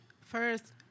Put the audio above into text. First